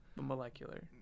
molecular